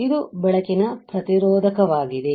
ಇದು ಬೆಳಕಿನ ಪ್ರತಿರೋಧಕವಾಗಿದೆ